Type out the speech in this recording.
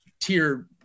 tier